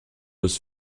was